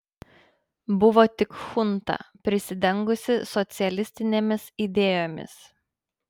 buvo tik chunta prisidengusi socialistinėmis idėjomis